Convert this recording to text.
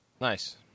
nice